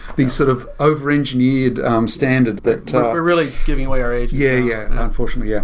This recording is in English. these sort of over-engineered standard that we're really giving away our age yeah. yeah unfortunately, yeah